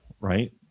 right